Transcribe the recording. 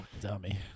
dummy